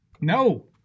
No